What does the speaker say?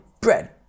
bread